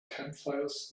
campfires